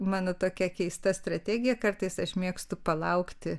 mano tokia keista strategija kartais aš mėgstu palaukti